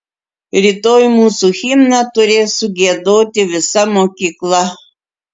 rytoj mūsų himną turės sugiedoti visa mokykla